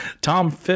Tom